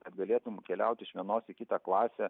kad galėtum keliauti iš vienos į kitą klasę